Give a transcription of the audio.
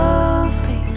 Lovely